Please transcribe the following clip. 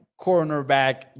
cornerback